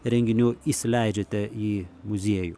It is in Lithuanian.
renginių įsileidžiate į muziejų